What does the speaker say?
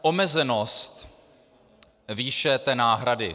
Omezenost výše náhrady.